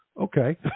okay